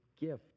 gift